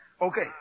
okay